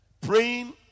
praying